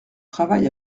travail